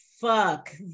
fuck